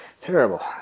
Terrible